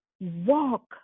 walk